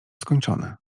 skończone